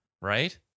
Right